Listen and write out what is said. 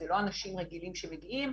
אלה לא אנשים רגילים שמגיעים,